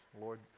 Lord